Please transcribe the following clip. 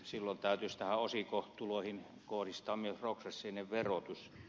nyt täytyisi osinkotuloihin kohdistaa myös progressiivinen verotus